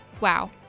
Wow